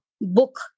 book